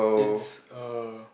it's a